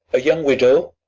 a young widow,